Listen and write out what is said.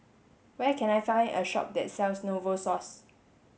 where can I find a shop that sells Novosource